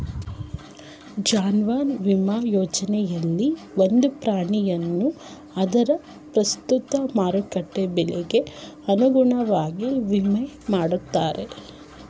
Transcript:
ಜಾನುವಾರು ವಿಮಾ ಯೋಜನೆಯಲ್ಲಿ ಒಂದು ಪ್ರಾಣಿಯನ್ನು ಅದರ ಪ್ರಸ್ತುತ ಮಾರುಕಟ್ಟೆ ಬೆಲೆಗೆ ಅನುಗುಣವಾಗಿ ವಿಮೆ ಮಾಡ್ತಾರೆ